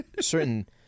certain